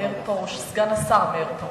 סגן השר מאיר פרוש.